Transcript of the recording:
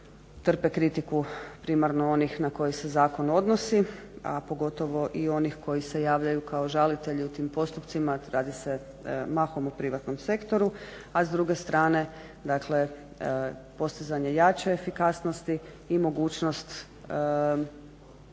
trpe kritiku primarno onih na koje se zakon odnosi, a pogotovo onih koji se javljaju kao žalitelji u tim postupcima, radi se mahom o privatnom sektoru, a s druge strane dakle postizanje jače efikasnosti i mogućnost brže,